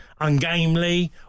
ungamely